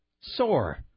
sore